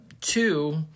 two